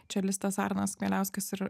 čelistas arnas kmieliauskas ir